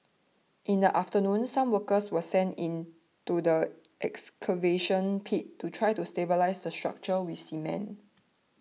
in the afternoon some workers were sent into the excavation pit to try to stabilise the structure with cement